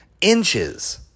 inches